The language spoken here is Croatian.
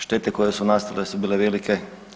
Štete koje su nastale su bile velike.